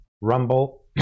Rumble